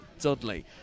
Dudley